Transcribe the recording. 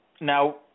now